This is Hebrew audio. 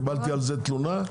קיבלתי על זה תלונה.